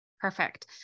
Perfect